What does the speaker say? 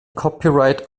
copyright